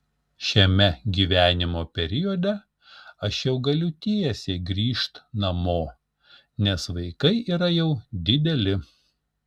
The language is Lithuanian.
šiame gyvenimo periode aš jau galiu tiesiai grįžt namo nes vaikai yra jau dideli